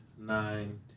nine